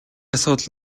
асуудал